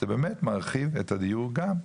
זה באמת מרחיב את הדיור גם.